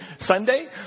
Sunday